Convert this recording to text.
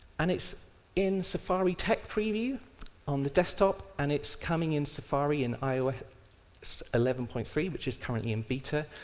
and it's in safari tech preview on the desktop, and it's coming in safari in ios eleven point three which is currently in beta,